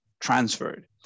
transferred